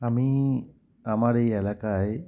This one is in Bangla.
আমি আমার এই এলাকায়